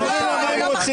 הם אומרים לה מה הם רוצים.